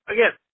Again